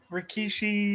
Rikishi